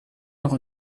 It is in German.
noch